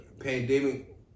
pandemic